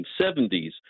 1970s